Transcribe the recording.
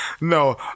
No